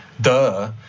Duh